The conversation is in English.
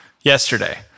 yesterday